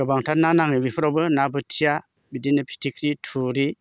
गोबांथार ना नाङो बेफोरावबो ना बोथिया बिदिनो फिथिख्रि थुरि